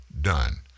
done